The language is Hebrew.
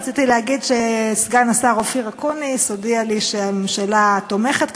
רציתי להגיד שסגן השר אופיר אקוניס הודיע לי שהממשלה תומכת,